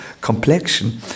complexion